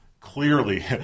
clearly